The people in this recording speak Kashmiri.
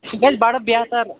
سُہ گژھِ بڈٕ بہتر